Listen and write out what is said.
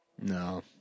No